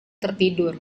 tertidur